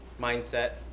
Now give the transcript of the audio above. mindset